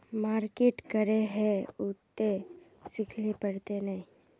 Market करे है उ ते सिखले पड़ते नय?